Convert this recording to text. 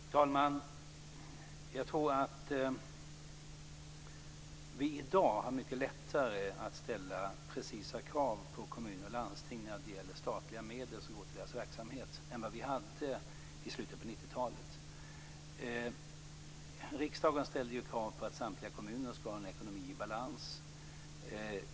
Fru talman! Jag tror att vi i dag har mycket lättare att ställa precisa krav på kommuner och landsting när det gäller de statliga medel som går till deras verksamhet än vad vi hade i slutet på 90-talet. Då ställde ju riksdagen krav på att samtliga kommuner skulle ha en ekonomi som var i balans.